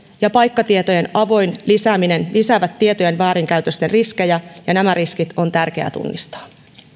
ja paikkatietojen avoin lisääminen lisäävät tietojen väärinkäytösten riskejä ja nämä riskit on tärkeä tunnistaa